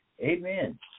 Amen